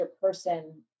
person